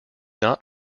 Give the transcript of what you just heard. not